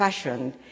fashion